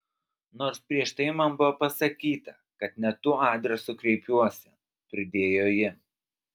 nors prieš tai man buvo pasakyta kad ne tuo adresu kreipiuosi pridėjo ji